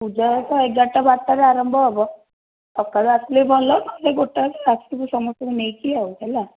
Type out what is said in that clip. ପୂଜା ତ ଏଗାରଟା ବାରଟାରେ ଆରମ୍ଭ ହେବ ସକାଳୁ ଆସିଲେ ଭଲ ନହେଲେ ଗୋଟାଏରେ ଆସିବୁ ସମସ୍ତଙ୍କୁ ନେଇକି ଆଉ ହେଲା